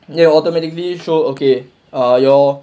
it will automatically show okay are your